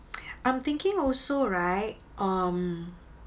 I'm thinking also right um